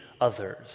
others